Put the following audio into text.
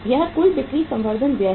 यह कुल बिक्री संवर्धन व्यय है